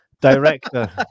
Director